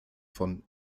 von